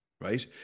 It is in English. right